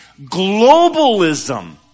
globalism